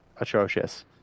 atrocious